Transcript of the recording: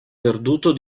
perduto